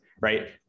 right